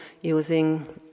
using